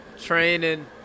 training